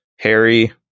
Harry